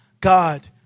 God